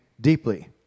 deeply